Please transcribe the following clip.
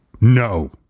no